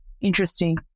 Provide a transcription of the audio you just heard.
Interesting